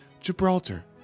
Gibraltar